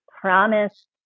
promise